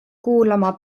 kuulama